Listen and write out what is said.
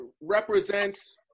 represents